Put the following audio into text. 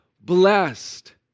blessed